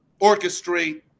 orchestrate